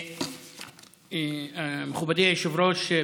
מכובדי היושב-ראש,